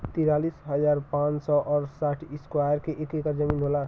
तिरालिस हजार पांच सौ और साठ इस्क्वायर के एक ऐकर जमीन होला